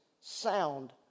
sound